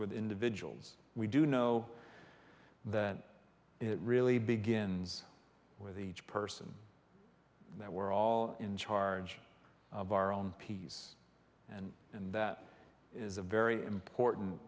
with individuals we do know that it really begins with each person that we're all in charge of our own peace and and that is a very important